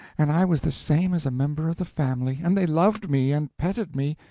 and i was the same as a member of the family and they loved me, and petted me,